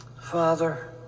Father